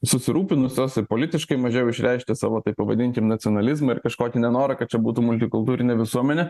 susirūpinusios ir politiškai mažiau išreikšia savo taip pavadinkim nacionalizmą ir kažkokį nenorą kad čia būtų multikultūrinė visuomenė